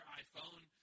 iPhone